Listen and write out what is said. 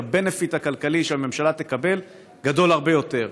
כי ה-benefit הכלכלי שהממשלה תקבל גדול הרבה יותר.